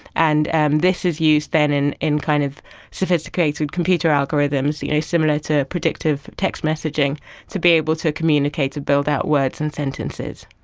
and and this is used then in in kind of sophisticated computer algorithms you know similar to predictive text messaging to be able to communicate and build out words and sentences.